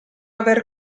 aver